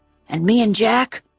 and me and jack,